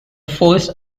force